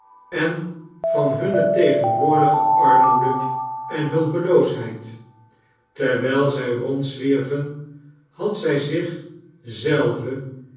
en van hunne tegenwoordige armoede en hulpeloosheid terwijl zij rondzwierven had zij zich zelve